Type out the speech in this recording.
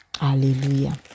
Hallelujah